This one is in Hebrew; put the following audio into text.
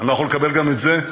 אני לא יכול לקבל גם את זה.